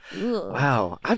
Wow